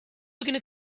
were